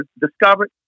discovered